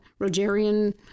Rogerian